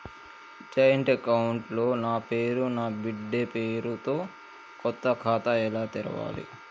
Joint account లో నా పేరు నా బిడ్డే పేరు తో కొత్త ఖాతా ఎలా తెరవాలి?